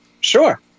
Sure